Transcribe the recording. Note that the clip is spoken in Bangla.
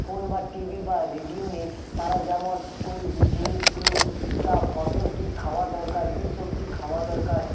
ফোন বা টিভি বা রেডিও নেই তারা যেমন ওই জিনিসগুলো যা ফসল কী খাওয়া দরকার কী সবজি খাওয়া দরকার